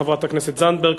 חברת הכנסת זנדברג,